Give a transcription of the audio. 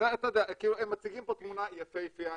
הם מציגים פה תמונה יפהפייה,